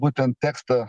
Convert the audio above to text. būtent tekstą